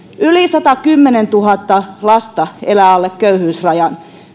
yli satakymmentätuhatta lasta elää alle köyhyysrajan